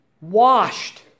washed